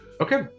Okay